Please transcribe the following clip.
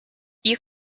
you